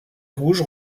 rouges